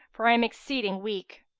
for i am exceeding weak.